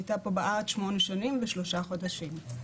היא הייתה פה בארץ שמונה שנים ושלושה חודשים.